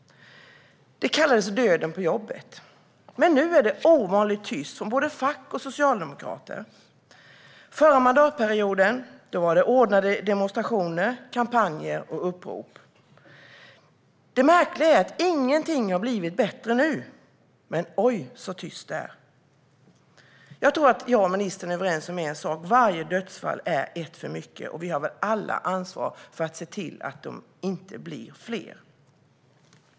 Det kallades döden på jobbet. Men nu är det ovanligt tyst från både fack och socialdemokrater. Förra mandatperioden anordnades demonstrationer, kampanjer och upprop. Det märkliga är att ingenting har blivit bättre nu, men oj så tyst det är! Jag tror att jag och ministern är överens om en sak: Varje dödsfall är ett för mycket, och vi har alla ansvar för att se till att de inte blir fler.